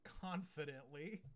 confidently